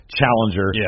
challenger